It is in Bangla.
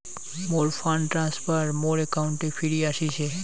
মোর ফান্ড ট্রান্সফার মোর অ্যাকাউন্টে ফিরি আশিসে